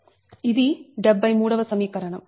ఇది 73 వ సమీకరణం